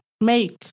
make